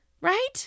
Right